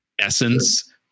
essence